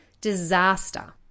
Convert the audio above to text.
disaster